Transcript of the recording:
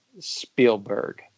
Spielberg